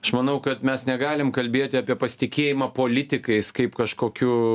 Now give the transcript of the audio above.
aš manau kad mes negalim kalbėti apie pasitikėjimą politikais kaip kažkokiu